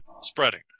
spreading